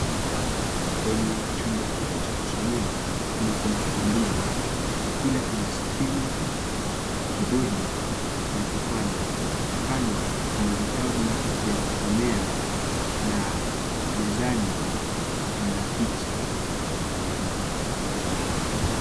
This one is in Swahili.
Kwenye chumba hiki cha kusomea, kuna kompyuta mbili. Kila ina skrini, kibodi na kipanya. Kando kuna vitabu vya kusomea na mezani mna picha mbali mbali.